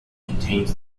contains